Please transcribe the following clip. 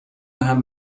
بهم